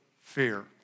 fear